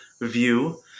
view